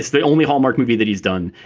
the only hallmark movie that he's done.